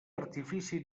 artifici